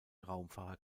raumfahrer